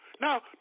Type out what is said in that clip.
Now